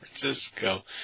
Francisco